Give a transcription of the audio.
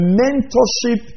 mentorship